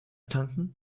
tanken